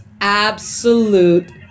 absolute